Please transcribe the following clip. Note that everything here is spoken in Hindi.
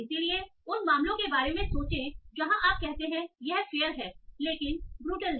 इसलिए उन मामलों के बारे में सोचें जहां आप कहते हैं यह फेयर है लेकिन ब्रूटल है